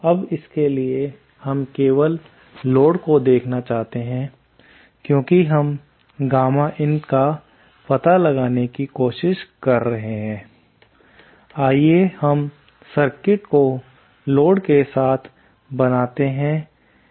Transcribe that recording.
अब इसके लिए हम केवल लोड को देखना चाहते हैं क्योंकि हम गामा in का पता लगाने की कोशिश कर रहे हैं आइए हम सर्किट को लोड के साथ बनाता हूँ